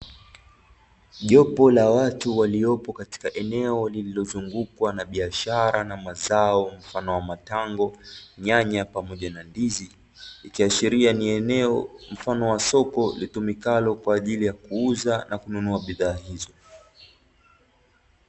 Jopo la watu waliopo katika eneo lililozungukwa na biashara na mazao mfano wa matango, nyanya pamoja na ndizi ikihashiria ni eneo mfano wa soko litumikalo kwa ajili ya kuuza na kununua bidhaa hizo.